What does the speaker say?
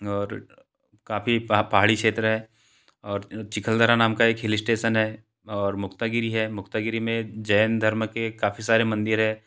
और काफ़ी पहाड़ी क्षेत्र है और चिखलदारा नाम का एक हिल स्टेशन है और मुक्तागिरी है मुक्तागिरी में जैन धर्म के काफ़ी सारे मंदिर हैं